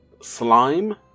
Slime